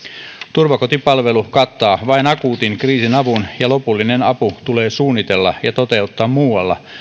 turvakotipalvelu kattaa vain akuutin kriisin avun ja lopullinen apu tulee suunnitella ja toteuttaa muualla